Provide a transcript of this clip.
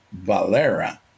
Valera